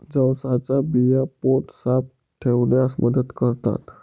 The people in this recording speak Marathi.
जवसाच्या बिया पोट साफ ठेवण्यास मदत करतात